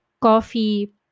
coffee